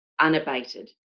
unabated